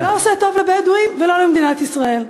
זה לא עושה טוב לבדואים ולא למדינת ישראל.